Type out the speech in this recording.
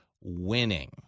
winning